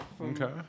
Okay